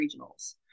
regionals